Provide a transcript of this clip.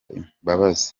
imbabazi